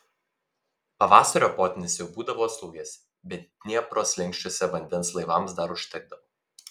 pavasario potvynis jau būdavo atslūgęs bet dniepro slenksčiuose vandens laivams dar užtekdavo